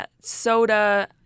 soda